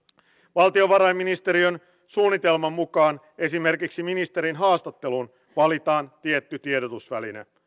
valtiovarainministeriön suunnitelman mukaan esimerkiksi ministerin haastatteluun valitaan tietty tiedotusväline